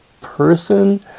person